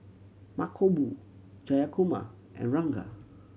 Mankombu Jayakumar and Ranga